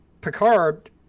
Picard